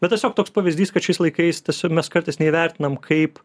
bet tiesiog toks pavyzdys kad šiais laikais tiesiog mes kartais neįvertinam kaip